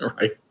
right